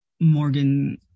Morgan